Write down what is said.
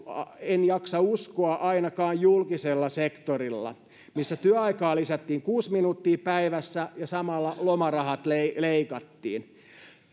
en jaksa uskoa ainakaan julkisella sektorilla missä työaikaa lisättiin kuusi minuuttia päivässä ja samalla lomarahat leikattiin parannettiinko